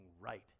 right